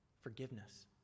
forgiveness